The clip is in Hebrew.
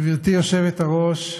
גברתי היושבת-ראש,